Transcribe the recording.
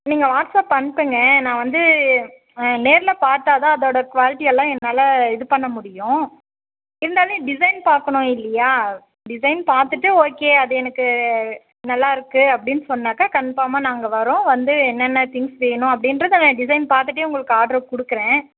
நீங்கள் வாட்ஸ்அப் அனுபுங்க நான் வந்து நேரில் பார்த்தா தான் அதோட குவால்ட்டி எல்லா என்னால் இது பண்ண முடியும் இருந்தாலியும் டிசைன் பார்க்கணும் இல்லையா டிசைன் பார்த்துட்டு ஓகே அது எனக்கு நல்லாருக்கு அப்படின் சொன்னாக்கா கன்ஃபார்மாக நாங்கள் வரோம் வந்து என்னென்ன திங்க்ஸ் வேணும் அப்படின்றத நான் டிசைன் பார்த்துட்டே உங்களுக்கு ஆர்ட்ரு கொடுக்கறேன்